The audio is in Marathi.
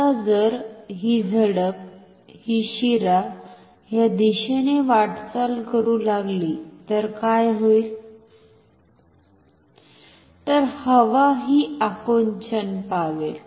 आता जर ही झडप ही शिरा ह्या दिशेने वाटचाल करू लागली तर काय होईल तर हवा ही आकुंचन पावेल